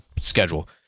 schedule